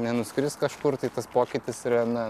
nenuskris kažkur tai tas pokytis yra na